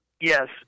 yes